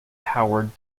howard